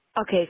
Okay